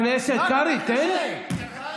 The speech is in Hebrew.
חבר הכנסת קרעי, תן, אני?